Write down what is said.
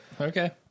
Okay